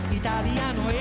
italiano